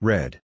Red